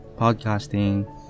podcasting